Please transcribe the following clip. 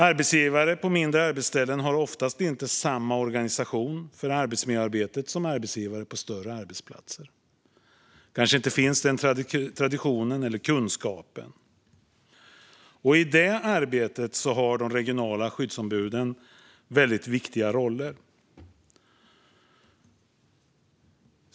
Arbetsgivare på mindre arbetsställen har oftast inte samma organisation för arbetsmiljöarbetet som arbetsgivare på större arbetsplatser. De kanske inte har den traditionen eller kunskapen. I det arbetet har de regionala skyddsombuden viktiga roller.